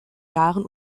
jahren